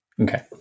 okay